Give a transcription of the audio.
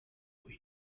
vidéo